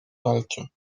walczy